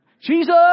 jesus